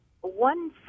one